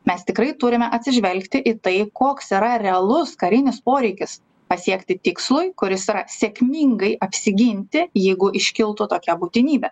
mes tikrai turime atsižvelgti į tai koks yra realus karinis poreikis pasiekti tikslui kuris yra sėkmingai apsiginti jeigu iškiltų tokia būtinybė